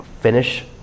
finish